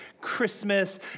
Christmas